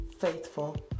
faithful